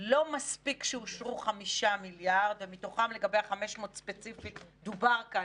לא מספיק שאושרו 5 מיליארד ומתוכם לגבי ה-500 ספציפית דובר כאן,